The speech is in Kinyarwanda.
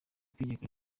itegeko